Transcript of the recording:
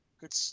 Good